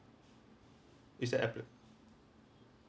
it's the appli~